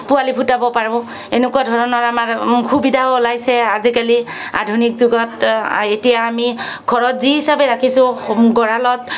পোৱালি ফুটাব পাৰোঁ এনেকুৱা ধৰণৰ আমাৰ সুবিধা ওলাইছে আজিকালি আধুনিক যুগত এতিয়া আমি ঘৰত যি হিচাপে ৰাখিছোঁ গঁৰালত